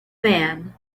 man